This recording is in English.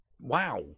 wow